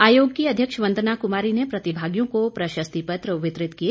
आयोग की अध्यक्ष वंदना कुमारी ने प्रतिभागियों को पशस्तिपत्र वितरित किए